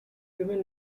women